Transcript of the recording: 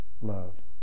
loved